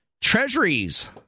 Treasuries